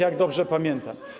jak dobrze pamiętam.